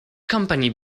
company